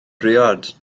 briod